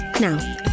Now